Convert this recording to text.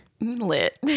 Lit